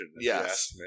Yes